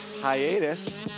hiatus